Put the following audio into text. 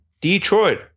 Detroit